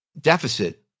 deficit